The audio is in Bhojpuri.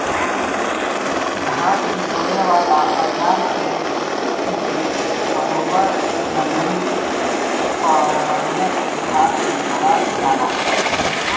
घास बिटोरे वाला औज़ार से बरोबर जमीन पर बढ़िया से घास बिटोरा जाला